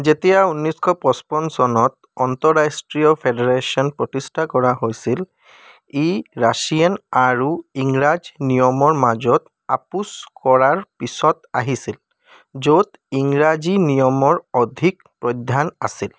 যেতিয়া ঊনৈছশ পঁচপন্ন চনত আন্তঃৰাষ্ট্ৰীয় ফেডাৰেচন প্ৰতিষ্ঠা কৰা হৈছিল ই ৰাছিয়ান আৰু ইংৰাজ নিয়মৰ মাজত আপোচ কৰাৰ পিছত আহিছিল য'ত ইংৰাজী নিয়মৰ অধিক প্ৰাধান্য আছিল